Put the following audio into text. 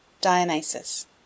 Dionysus